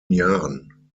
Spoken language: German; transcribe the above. jahren